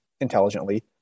intelligently